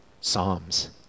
psalms